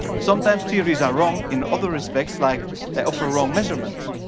sometimes theories are wrong in other respects like, they offer wrong measurements.